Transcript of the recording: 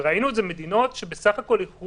ראינו את זה במדינות שבסך הכול איחרו